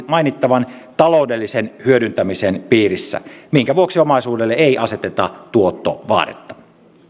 mainittavan taloudellisen hyödyntämisen piirissä minkä vuoksi omaisuudelle ei aseteta tuottovaadetta